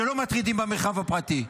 שלא מטרידים במרחב הפרטי.